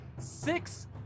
Six